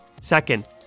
Second